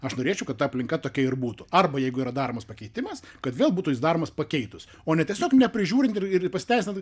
aš norėčiau kad ta aplinka tokia ir būtų arba jeigu yra daromas pakeitimas kad vėl būtų jis daromas pakeitus o ne tiesiog neprižiūrint ir pasiteisinant